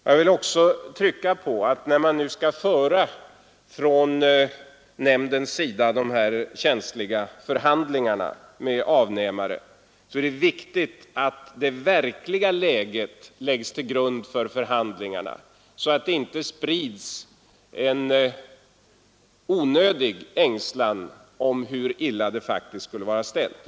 Jag vill också trycka på att när nämnden nu skall föra dessa känsliga förhandlingar med avnämare är det viktigt att det verkliga läget läggs till grund för förhandlingarna, så att det inte sprids en onödig ängslan om hur illa det faktiskt skulle vara ställt.